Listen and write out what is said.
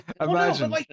Imagine